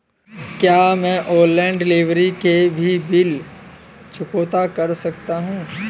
क्या मैं online delivery के भी बिल चुकता कर सकता हूँ?